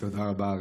תודה רבה.